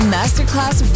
Masterclass